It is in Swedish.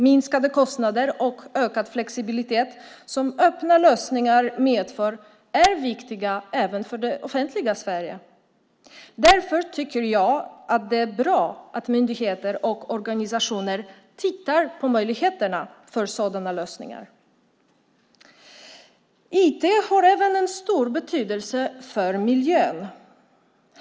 Minskade kostnader och ökad flexibilitet, vilket öppna lösningar medför, är viktiga även för det offentliga Sverige. Därför tycker jag att det är bra att myndigheter och organisationer tittar på möjligheterna för sådana lösningar. IT har även en stor betydelse för miljön.